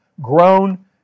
grown